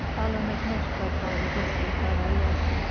allah make not thy father desolate by thy loss!